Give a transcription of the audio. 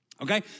Okay